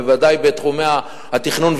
בוודאי בתחומי התכנון והבנייה,